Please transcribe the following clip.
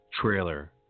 trailer